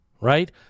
Right